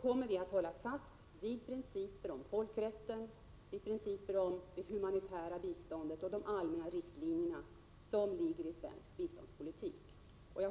kommer vi att hålla fast vid principer om folkrätten, det humanitära biståndet och de allmänna riktlinjerna för svensk biståndspolitik.